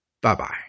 Bye-bye